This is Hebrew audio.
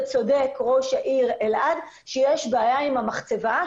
וצודק ראש העיר אלעד שיש בעיה עם המחצבה,